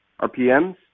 RPMs